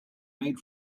made